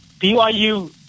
BYU